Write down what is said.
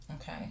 Okay